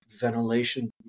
ventilation